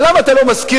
אבל למה אתה לא מזכיר,